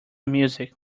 music